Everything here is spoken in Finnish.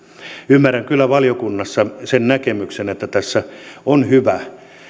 ymmärrän kyllä valiokunnassa sen näkemyksen että tässä on hyvä